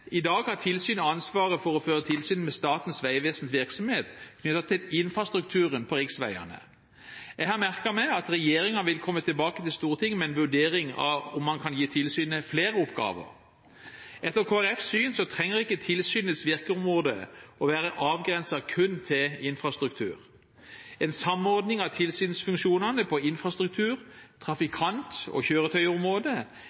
I dag har tilsynet ansvaret for å føre tilsyn med Statens vegvesens virksomhet knyttet til infrastrukturen på riksveiene. Jeg har merket meg at regjeringen vil komme tilbake til Stortinget med en vurdering av om man kan gi tilsynet flere oppgaver. Etter Kristelig Folkepartis syn trenger ikke tilsynets virkeområde være avgrenset kun til infrastruktur. En samordning av tilsynsfunksjonene på infrastruktur-, trafikant- og kjøretøyområdet,